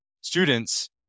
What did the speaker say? students